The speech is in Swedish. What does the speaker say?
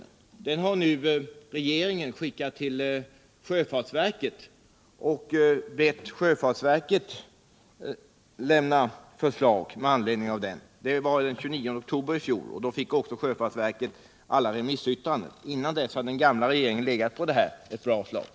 Den utredningen har nu regeringen skickat till sjöfartsverket och bett verket lämna förslag med anledning av den. Det var den 29 oktober i fjol, och då fick sjöfartsverket också alla remissyttranden. Innan dess hade den gamla regeringen legat på materialet ett bra tag.